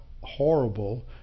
horrible